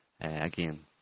Again